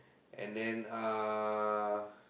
and then uh